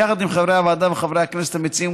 יחד עם חברי הוועדה וחברי הכנסת המציעים,